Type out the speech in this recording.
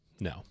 No